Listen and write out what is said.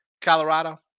Colorado